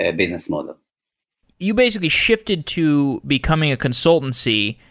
ah business model you basically shifted to becoming a consultancy,